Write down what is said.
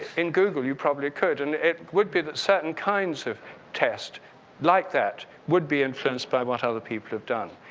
in google, you probably could and it would be that certain kinds of test like that would be influenced by what other people have done.